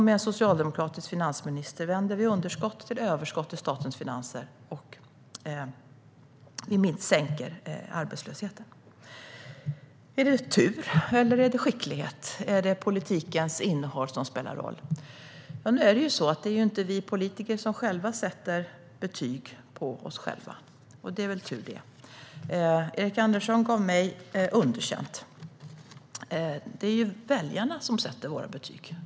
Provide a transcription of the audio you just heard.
Med en socialdemokratisk finansminister vänder vi underskott till överskott i statens finanser och sänker arbetslösheten. Är det tur eller skicklighet, eller är det politikens innehåll som spelar roll? Nu är det så att det inte är vi politiker som sätter betyg på oss själva, och det är väl tur det. Erik Andersson gav mig underkänt. Det är ju väljarna som sätter våra betyg.